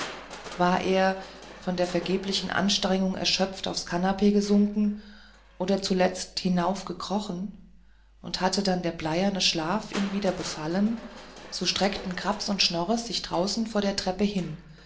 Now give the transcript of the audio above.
war er von den vergeblichen anstrengungen erschöpft aufs kanapee gesunken oder zuletzt hinaufgekrochen und hatte dann der bleierne schlaf ihn wieder befallen so streckten graps und schnores sich draußen vor der treppe hin